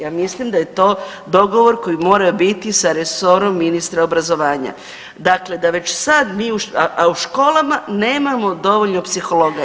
Ja mislim da je to dogovor koji mora biti sa resorom ministra obrazovanja dakle da već sada mi, a u školama nemamo dovoljno psihologa.